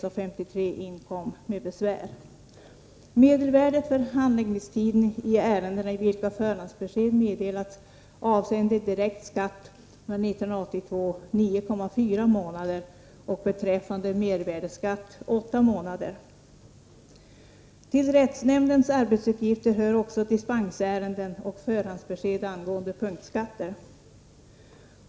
Detta har medfört en allt längre väntan på besked, och det är inte bra. Till rättsnämndens arbetsuppgifter hör också dispensärenden och förhandsbesked angående punktskatter.